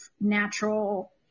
natural